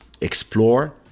explore